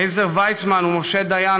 עזר ויצמן ומשה דיין,